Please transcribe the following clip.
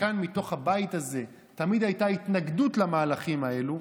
וכאן מתוך הבית הזה תמיד הייתה התנגדות למהלכים האלה,